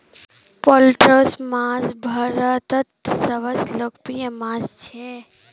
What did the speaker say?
पोल्ट्रीर मांस भारतत सबस लोकप्रिय मांस छिके